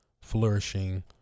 flourishing